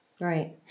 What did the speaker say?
Right